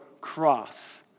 cross